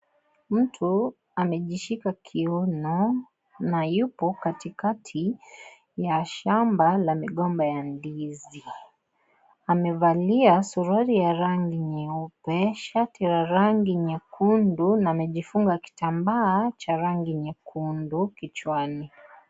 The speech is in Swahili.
Mtu amejishika kiuno na yupo katikati ya shamba la migomba ya ndizi. Amevalia suruali ya rangi nyeupe, shati la rangi nyekundu na amejifunga kitambaa cha rangi nyekundu kichwani.